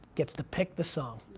gets to pick the song.